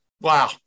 Wow